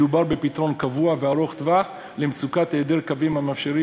מדובר בפתרון קבוע וארוך-טווח למצוקת היעדר קווים המאפשרים